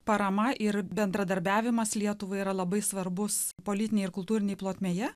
parama ir bendradarbiavimas lietuvai yra labai svarbus politinėje ir kultūrinėje plotmėje